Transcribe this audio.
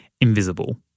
invisible